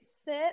sit